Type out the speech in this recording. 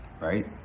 Right